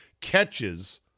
catches